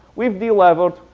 we've de-levered,